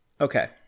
Okay